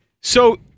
So-